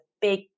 big